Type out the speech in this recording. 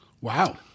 Wow